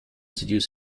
seduce